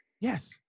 Yes